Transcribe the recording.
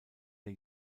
der